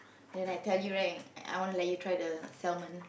then I tell you right I wanna let you try the salmon